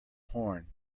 horn